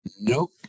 Nope